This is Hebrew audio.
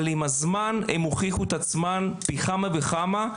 אבל עם הזמן הם הוכיחו את עצמם פי כמה וכמה,